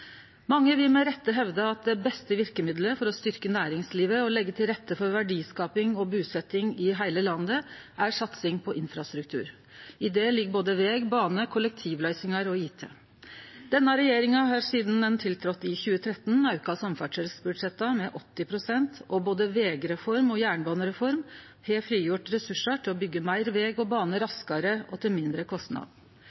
Mange vil med rette hevde at det beste verkemiddelet for å styrkje næringslivet og leggje til rette for verdiskaping og busetjing i heile landet er satsing på infrastruktur. I det ligg både veg, bane, kollektivløysingar og IT. Denne regjeringa har sidan ho tiltredde i 2013, auka samferdselsbudsjetta med 80 pst., og både vegreform og jernbanereform har frigjort ressursar til å byggje meir veg og bane